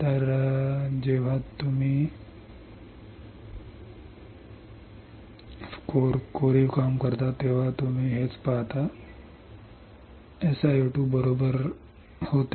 तर जेव्हा तुम्ही खोदकाम करता तेव्हा तुम्ही हेच पाहता SiO2right SiO2 बरोबर होते